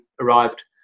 arrived